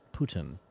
Putin